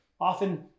often